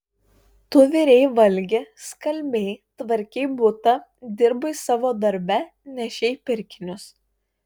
tu virei valgi skalbei tvarkei butą dirbai savo darbe nešei pirkinius